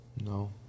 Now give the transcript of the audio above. No